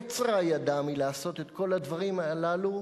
קצרה ידה מלעשות את כל הדברים הללו,